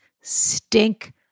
stink